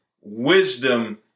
wisdom